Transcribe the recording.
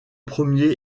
premiers